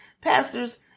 pastor's